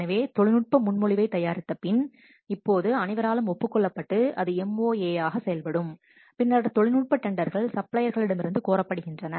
எனவே தொழில்நுட்ப முன்மொழிவைத் தயாரித்தபின் இப்போது அனைவராலும் ஒப்புக் கொள்ளப்பட்டு இது MoA ஆக செயல்படும் பின்னர் தொழில்நுட்ப டெண்டர்கள் சப்ளையர்களிடமிருந்து கோரப்படுகின்றன